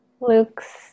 Luke's